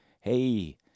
hey